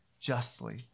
justly